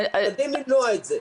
אנחנו משתדלים למנוע את זה.